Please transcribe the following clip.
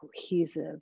cohesive